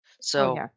So-